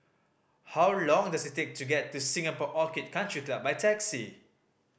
how long does it take to get to Singapore Orchid Country Club by taxi